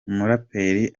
umuraperi